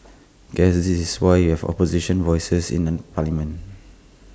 guess this is why we have opposition voices in an parliament